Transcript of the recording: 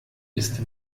ist